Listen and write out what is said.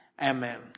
Amen